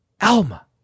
Alma